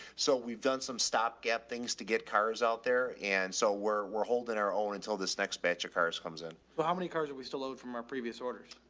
so we've done some stop gap things to get cars out there. and so we're, we're holding our own until this next batch of cars comes in. well, how many cars are we still owed from our previous orders?